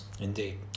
Indeed